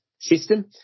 system